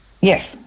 Yes